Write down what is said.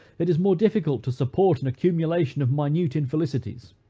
it is more difficult to support an accumulation of minute infelicities,